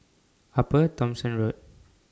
Upper Thomson Road